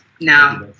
Now